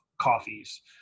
coffees